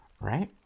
right